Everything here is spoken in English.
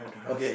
okay